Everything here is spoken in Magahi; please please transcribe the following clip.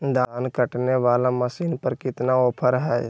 धान काटने वाला मसीन पर कितना ऑफर हाय?